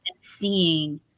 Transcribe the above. seeing